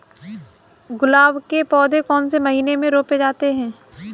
गुलाब के पौधे कौन से महीने में रोपे जाते हैं?